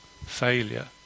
failure